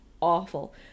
awful